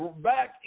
back